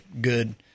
good